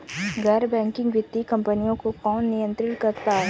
गैर बैंकिंग वित्तीय कंपनियों को कौन नियंत्रित करता है?